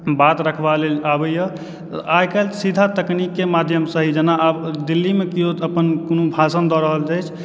बात रखबा लेल आबयए आइ काल्हि सीधा तकनीककऽ माध्यमसँ ही जेना आब दिल्लीमऽ केओ अपन कोनो भाषण दऽ रहल अछि